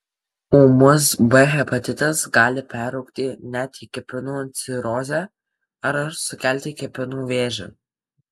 ūmus b hepatitas gali peraugti net į kepenų cirozę ar sukelti kepenų vėžį